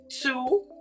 Two